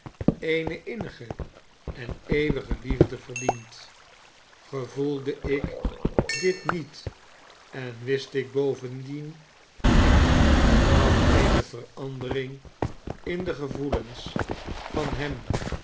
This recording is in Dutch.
eene innige en eeuwige liefde verdient gevoelde ik dit niet en wist ik bovendien niet dan eene verandering in de gevoelens van hem